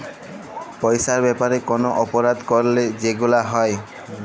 পইসার ব্যাপারে কল অপরাধ ক্যইরলে যেগুলা হ্যয়